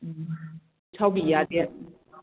ꯎꯝ ꯁꯥꯎꯕꯤꯕ ꯌꯥꯗꯦ